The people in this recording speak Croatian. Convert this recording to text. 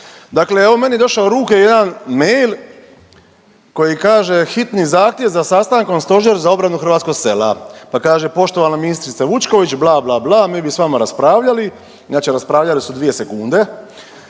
Dakle, evo meni je došao u ruke jedan mail koji kaže hitni zahtjev za sastankom Stožer za obranu hrvatskog sela. Pa kaže, poštovana ministrice Vučković bla, bla, bla mi bi sa vama raspravljali. Znači raspravljali su dvije sekunde.